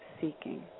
seeking